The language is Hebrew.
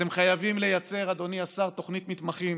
אתם חייבים לייצר, אדוני השר, תוכנית מתמחים